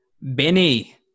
Benny